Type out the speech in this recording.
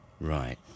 Right